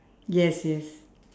yes yes